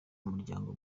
umuryango